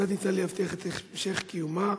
כיצד ניתן להבטיח את המשך קיומה,